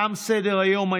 תם סדר-היום.